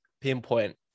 pinpoint